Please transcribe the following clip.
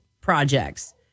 projects